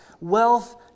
Wealth